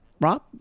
Rob